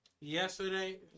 yesterday